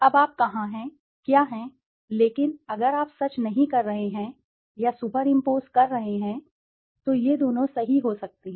अब आप कहां हैं क्या हैं लेकिन अगर आप सच नहीं कर रहे हैं या सुपर इम्पोज़ रहे हैं तो ये दोनों सही हो सकते हैं